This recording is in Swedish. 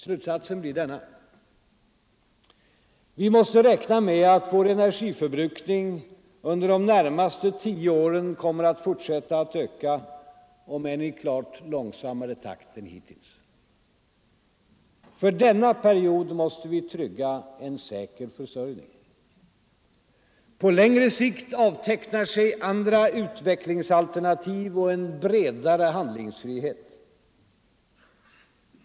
Slutsatsen blir denna: Vi måste räkna med att vår energiförbrukning under de närmaste tio åren kommer att fortsätta att öka, om än i klart långsammare takt än hittills. För denna period måste vi trygga en säker försörjning. På längre sikt avtecknar sig andra utvecklingsalternativ och en bredare handlingsfrihet.